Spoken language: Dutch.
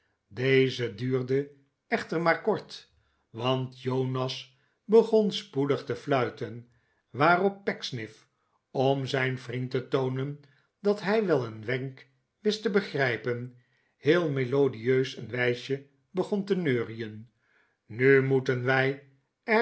deze duurde echter maar kort want jonas begon spoedig te fluiten waarop pecksniff om zijn vriend te toonen dat hij wel een wenk wist te begrijpen heel melodieus een wijsje begon te neurien n nu moeten wij